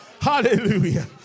Hallelujah